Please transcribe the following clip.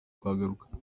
kuhagaruka